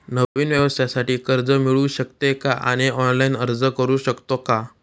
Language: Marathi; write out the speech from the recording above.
नवीन व्यवसायासाठी कर्ज मिळू शकते का आणि ऑनलाइन अर्ज करू शकतो का?